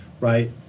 right